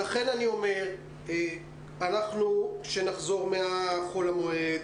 לכן אני אומר כשנחזור אחרי חול המועד